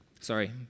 sorry